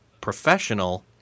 professional –